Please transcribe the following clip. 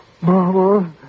Mama